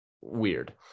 weird